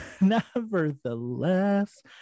Nevertheless